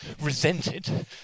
resented